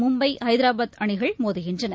மும்பை ஐதராபாத் அணிகள் மோதுகின்றன